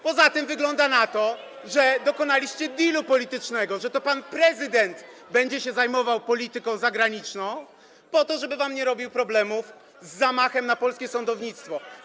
Poza tym wygląda na to, że dokonaliście dealu politycznego, że to pan prezydent będzie się zajmował polityką zagraniczną, po to żeby wam nie robił problemów z zamachem na polskie sądownictwo.